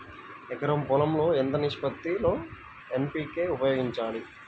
ఎకరం పొలం లో ఎంత నిష్పత్తి లో ఎన్.పీ.కే ఉపయోగించాలి?